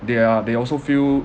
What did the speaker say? they are they also feel